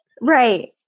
Right